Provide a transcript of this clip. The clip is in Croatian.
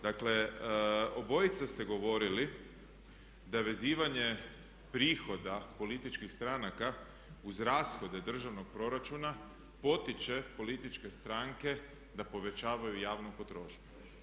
Dakle, obojica ste govorili da je vezivanje prihoda političkih stranaka uz rashode državnog proračuna potiče političke stranke da povećavaju javnu potrošnju.